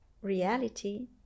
reality